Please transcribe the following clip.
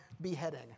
beheading